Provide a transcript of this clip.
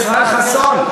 ישראל חסון,